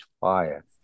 fire